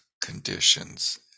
conditions